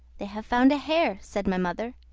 they have found a hare, said my mother,